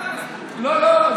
לא, לא.